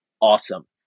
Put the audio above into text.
awesome